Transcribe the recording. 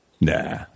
Nah